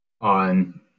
on